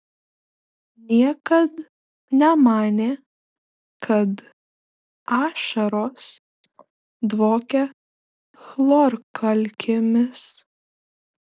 niekad nemanė kad ašaros dvokia chlorkalkėmis